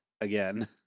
again